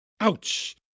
Ouch